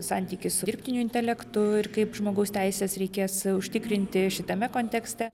santykį su dirbtiniu intelektu ir kaip žmogaus teises reikės užtikrinti šitame kontekste